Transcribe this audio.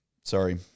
Sorry